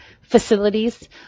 facilities